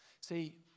See